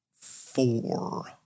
four